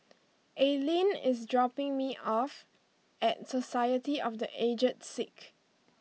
Aylin is dropping me off at Society of the Aged Sick